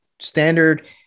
standard